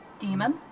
Demon